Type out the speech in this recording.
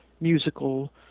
musical